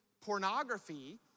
pornography